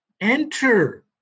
enter